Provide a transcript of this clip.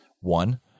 One